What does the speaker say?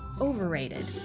overrated